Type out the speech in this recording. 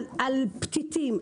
על פתיתים,